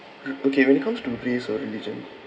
okay when it comes to race or religion